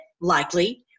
Likely